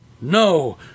No